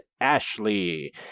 ashley